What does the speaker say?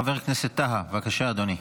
חבר הכנסת טאהא, בבקשה, אדוני.